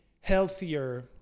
healthier